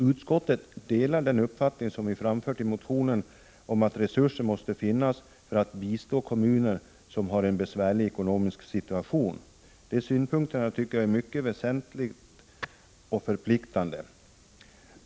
Utskottet delar den uppfattning som framförs i motionen att resurser måste finnas för att bistå de kommuner som har en besvärlig ekonomisk situation. Den synpunkten tycker jag är mycket väsentlig och förpliktande.